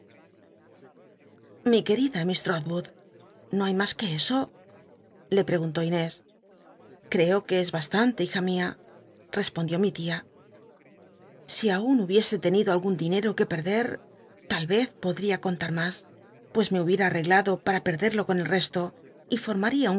lii qucl'ida miss trolwood no hay mas quo eso le preguntó inés creo c uc es bastante hija mia respondió mi lia si aun hubiese tenido algun dinero que perder tal vez con mas pues me hubiera arreglado para perderlo con el resto y